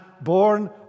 born